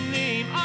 name